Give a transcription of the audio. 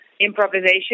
Improvisation